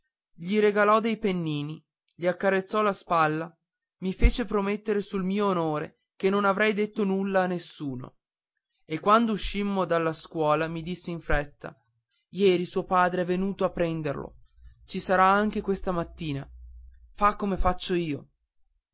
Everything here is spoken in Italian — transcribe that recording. gli regalò dei pennini gli accarezzò la spalla mi fece promettere sul mio onore che non avrei detto nulla a nessuno e quando uscimmo dalla scuola mi disse in fretta ieri suo padre è venuto a prenderlo ci sarà anche questa mattina fa come faccio io